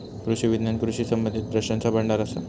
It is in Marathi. कृषी विज्ञान कृषी संबंधीत प्रश्नांचा भांडार असा